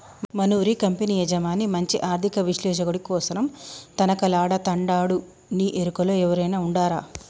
మనూరి కంపెనీ యజమాని మంచి ఆర్థిక విశ్లేషకుడి కోసరం తనకలాడతండాడునీ ఎరుకలో ఎవురైనా ఉండారా